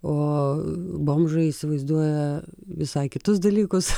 o bomžai įsivaizduoja visai kitus dalykus